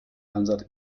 ansatz